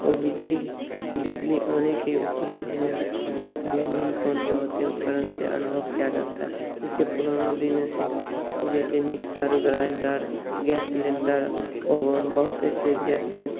औ बिजली बिजली आने के उपलब्ध ने बहुत भिन्न भिन्न काम जो होते हैं उपकरण से अनभव किया जाता है जैसे पुराना दिन ऐसे जैसे mixer grinder gas cylinder oven बहुत ऐसे जगह उह